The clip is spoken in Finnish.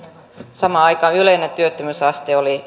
samaan aikaan yleinen työttömyysaste oli